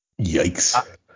Yikes